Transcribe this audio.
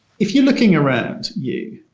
if you're looking around you,